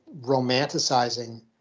romanticizing